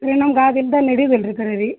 ರೀ ನಂಗೆ ಆ ದಿಂದಲ್ ರೀ